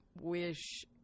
wish